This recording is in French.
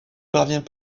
parvient